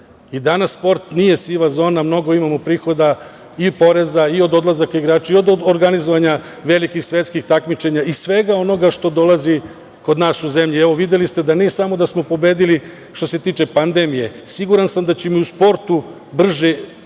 grana. Danas sport nije siva zona, mnogo imamo prihoda i poreza i od odlazaka igrača i od organizovanja velikih svetskih takmičenja i svega onoga što dolazi kod nas u zemlju. Evo, videli ste da nije samo da smo pobedili što se tiče pandemije. Siguran sam da ćemo i u sportu brže